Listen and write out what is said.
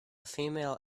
female